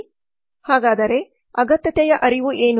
ಹಾಗಾದರೆ ಅಗತ್ಯತೆಯ ಅರಿವು ಏನು